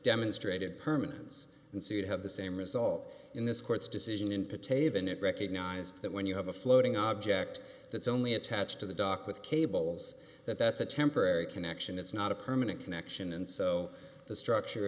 demonstrated permanence and sued have the same result in this court's decision in protg been it recognized that when you have a floating object that's only attached to the dock with cables that that's a temporary connection it's not a permanent connection and so the structure